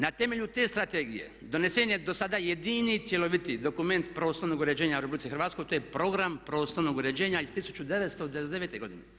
Na temelju te strategije donesen je do sada jedini cjeloviti dokument prostornog uređenja u RH, to je program prostornog uređenja iz 1999. godine.